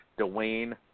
Dwayne